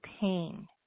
pain